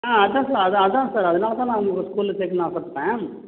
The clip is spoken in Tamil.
ஆ அதான் சார் அது அதான் சார் அதனால தான் நான் வந்து உங்கள் ஸ்கூலில் சேர்க்கணுன்னு ஆசைப்பட்டேன்